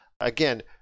Again